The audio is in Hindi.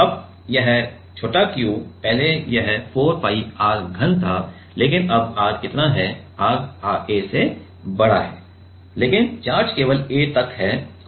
अब यह q पहले यह 4 pi r घन था लेकिन अब r इतना है r a से बड़ा है लेकिन चार्ज केवल a तक है